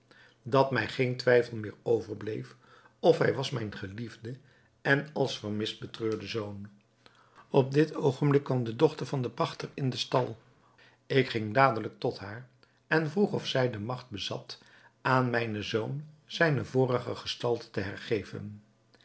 dat mij geen twijfel meer overbleef of hij was mijn geliefde en als vermist betreurde zoon op dit oogenblik kwam de dochter van den pachter in den stal ik ging dadelijk tot haar en vroeg of zij de magt bezat aan mijnen zoon zijne vorige gestalte te hergeven